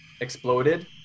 exploded